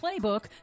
playbook